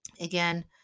again